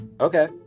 Okay